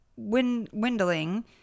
Windling